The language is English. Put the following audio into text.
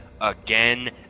again